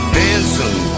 dancing